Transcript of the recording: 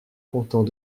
content